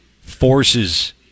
forces